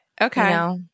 Okay